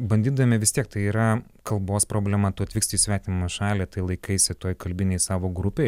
bandydami vis tiek tai yra kalbos problema tu atvyksti į svetimą šalį tai laikaisi toj kalbinėj savo grupėj